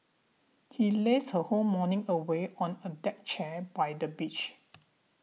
she lazed her whole morning away on a deck chair by the beach